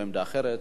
בבקשה, אדוני.